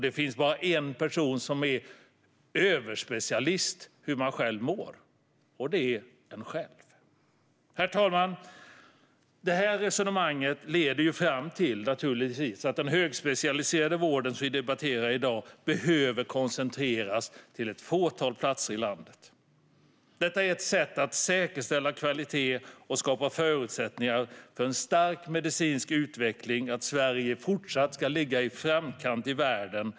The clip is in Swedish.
Det finns bara en person som är överspecialist på hur man själv mår, och det är man själv. Herr talman! Det här resonemanget leder naturligtvis fram till att den högspecialiserade vård som vi debatterar i dag behöver koncentreras till ett fåtal platser i landet. Detta är ett sätt att säkerställa kvalitet och skapa förutsättningar för en stark medicinsk utveckling och för att Sverige fortsatt ska ligga i framkant i världen.